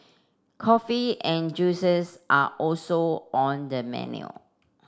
coffee and juices are also on the menu